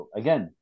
again